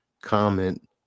comment